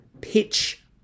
pitch